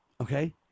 Okay